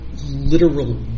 literal